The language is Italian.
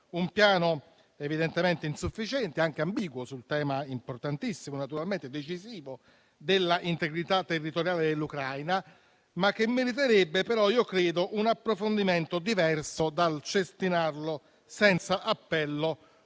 Un piano evidentemente insufficiente, anche ambiguo, su un tema importantissimo, naturalmente, decisivo dell'integrità territoriale dell'Ucraina, ma che meriterebbe - credo - un approfondimento diverso dall'essere invece cestinato senza appello